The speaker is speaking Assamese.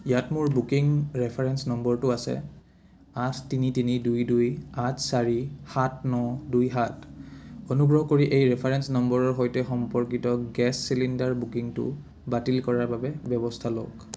ইয়াত মোৰ বুকিং ৰেফাৰেঞ্চ নম্বৰটো আছে আঠ তিনি তিনি দুই দুই আঠ চাৰি সাত ন দুই সাত অনুগ্ৰহ কৰি এই ৰেফাৰেঞ্চ নম্বৰৰ সৈতে সম্পৰ্কিত গেছ চিলিণ্ডাৰ বুকিংটো বাতিল কৰাৰ বাবে ব্যৱস্থা লওক